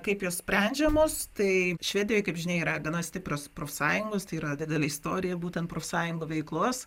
kaip jos sprendžiamos tai švedijoj kaip žinia yra gana stiprios profsąjungos tai yra didelė istorija būtent profsąjungų veiklos